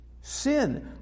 Sin